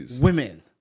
women